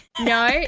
No